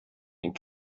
and